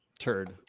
turd